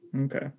Okay